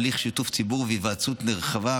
הליך שיתוף ציבור והיוועצות נרחבת,